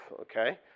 okay